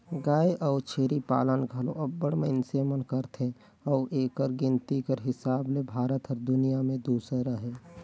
गाय अउ छेरी पालन घलो अब्बड़ मइनसे मन करथे अउ एकर गिनती कर हिसाब ले भारत हर दुनियां में दूसर अहे